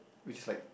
which is like